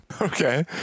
Okay